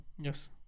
Yes